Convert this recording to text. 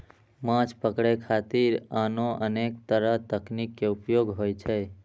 माछ पकड़े खातिर आनो अनेक तरक तकनीक के उपयोग होइ छै